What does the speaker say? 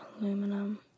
Aluminum